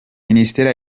minisiteri